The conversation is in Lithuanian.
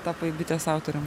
tapai bitės autorium